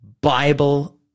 Bible